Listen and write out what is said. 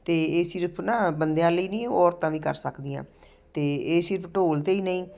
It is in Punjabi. ਅਤੇ ਇਹ ਸਿਰਫ਼ ਨਾ ਬੰਦਿਆਂ ਲਈ ਨਹੀਂ ਔਰਤਾਂ ਵੀ ਕਰ ਸਕਦੀਆਂ ਅਤੇ ਇਹ ਸਿਰਫ਼ ਢੋਲ 'ਤੇ ਹੀ ਨਹੀਂ